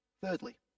Thirdly